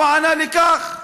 הוא ענה לי כך: